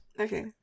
Okay